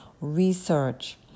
research